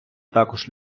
також